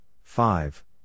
five